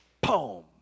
boom